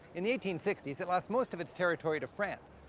in the eighteen sixty s, it lost most of its territory to france.